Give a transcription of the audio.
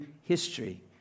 history